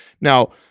Now